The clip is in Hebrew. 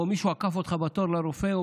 או מישהו עקף אותך בתור לרופא,